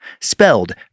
Spelled